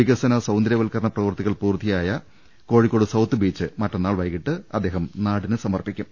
വികസന സൌന്ദരൃവത്കരണ പ്രവൃത്തികൾ പൂർത്തി യായ കോഴിക്കോട് സൌത്ത് ബ്ലീച്ച് മറ്റന്നാൾ വൈകിട്ട് അദ്ദേഹം നാടിന് സമർപ്പിക്കും